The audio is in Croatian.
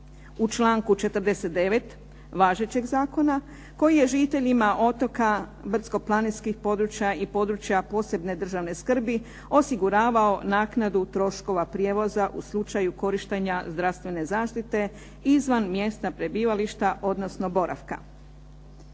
u članku 49. važećeg zakona koji je žiteljima otoka, brdsko-planinskih područja i područja posebne državne skrbi osigruavao naknadu troškova prijevoza u slučaju korištenje zdravstvene zaštite izvan mjesta prebivališta, odnosno boravka.